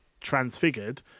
transfigured